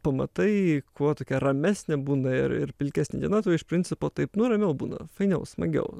pamatai kuo tokia ramesnė būna ir ir pilkesnė diena tuo iš principo taip nu ramiau būna fainiau smagiau